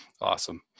awesome